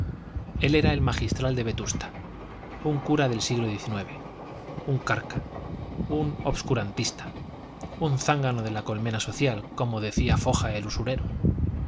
él era el magistral de vetusta un cura del siglo diecinueve un carca un obscurantista un zángano de la colmena social como decía foja el usurero